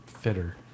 fitter